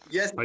Yes